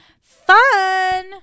Fun